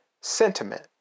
sentiment